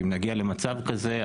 אם נגיע למצב כזה,